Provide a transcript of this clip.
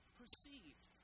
perceived